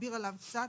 יסביר עליו קצת.